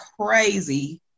crazy